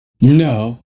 No